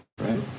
right